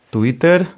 Twitter